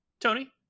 tony